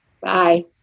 Bye